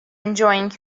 enjoying